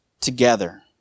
together